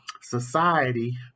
Society